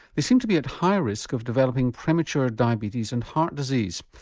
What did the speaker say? they seem to be at higher risk of developing premature diabetes and heart disease,